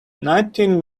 nineteen